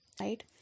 Right